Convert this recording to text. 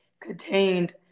contained